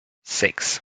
six